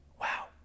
Wow